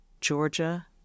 Georgia